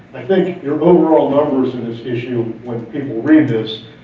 i think your overall numbers in this issue, when people read this,